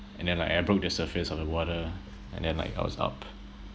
and then like I broke the surface of the water and then like I was up